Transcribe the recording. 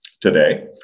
today